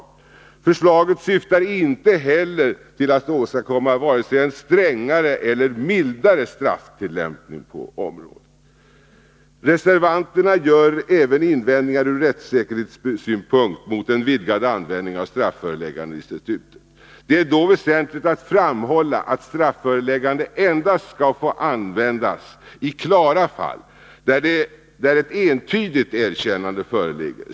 Med förslaget syftar man inte heller till att åstadkomma vare sig en strängare eller mildare strafftillämpning på området. Reservanterna gör även invändningar från rättssäkerhetssynpunkt mot en vidgad användning av strafföreläggandeinstitutet. Det är då väsentligt att framhålla att strafföreläggande endast skall få användas i klara fall, där ett entydigt erkännande föreligger.